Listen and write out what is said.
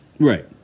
Right